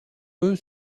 eux